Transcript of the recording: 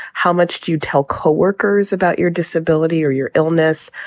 how much do you tell co-workers about your disability or your illness.